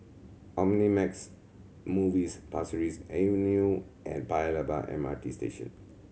Omnimax Movies Pasir Ris Avenue and Paya Lebar M R T Station